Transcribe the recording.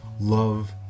love